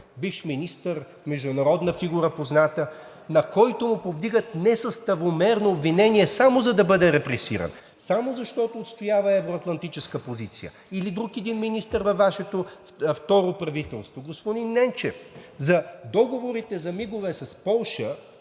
бивш министър, международна фигура, позната, на когото му повдигат несъставомерно обвинение само за да бъде репресиран, само защото отстоява евро-атлантическа позиция? Или друг един министър във Вашето второ правителство – господин Ненчев, за договорите за МИГ-ове с Полша,